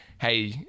hey